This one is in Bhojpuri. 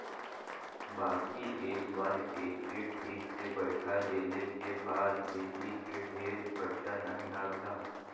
बाकी एक बार एके ठीक से बैइठा देले के बाद बिजली के ढेर खरचा नाही आवला